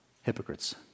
hypocrites